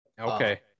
Okay